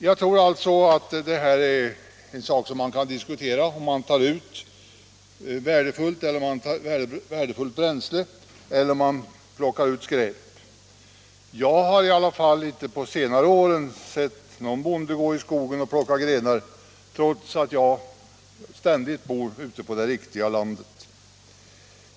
Jag tror dock att det kan diskuteras om vederbörande tar ut värdefullt bränsle eller plockar ut skräp. Jag har i alla fall inte på senare år sett någon bonde gå i skogen och plocka grenar, trots att jag bor ute på det riktiga landet.